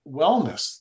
wellness